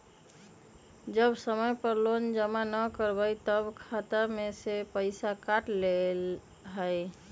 जब समय पर लोन जमा न करवई तब खाता में से पईसा काट लेहई?